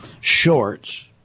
shorts